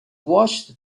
watched